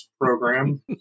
program